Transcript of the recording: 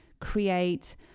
create